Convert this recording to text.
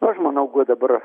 aš manau kad dabar